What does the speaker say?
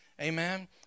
Amen